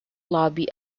lobby